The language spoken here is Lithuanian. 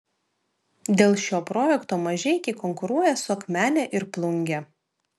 dėl šio projekto mažeikiai konkuruoja su akmene ir plunge